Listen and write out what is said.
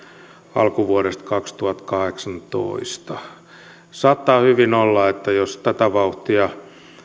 alkuvuodesta kaksituhattakahdeksantoista saattaa hyvin olla että jos tätä vauhtia